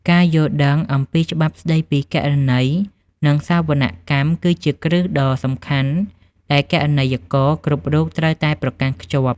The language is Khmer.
ការយល់ដឹងអំពីច្បាប់ស្តីពីគណនេយ្យ និងសវនកម្ម គឺជាគ្រឹះដ៏សំខាន់ដែលគណនេយ្យករគ្រប់រូបត្រូវតែប្រកាន់ខ្ជាប់។